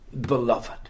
beloved